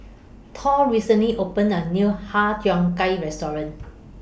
Thor recently opened The New Har Cheong Gai Restaurant